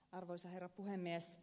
arvoisa herra puhemies